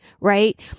right